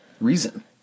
reason